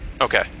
Okay